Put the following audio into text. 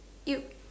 you